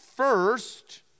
First